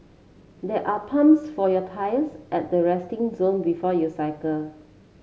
there are pumps for your tyres at the resting zone before you cycle